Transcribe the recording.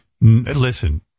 Listen